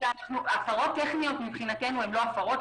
הפרות טכניות מבחינתנו הן לא הפרות.